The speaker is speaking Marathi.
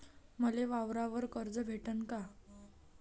मले वावरावर कर्ज भेटन का?